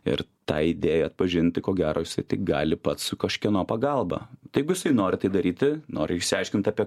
ir tą idėją atpažinti ko gero jisai tik gali pats kažkieno pagalba tai jeigu jisai nori tai daryti nori išsiaiškint apie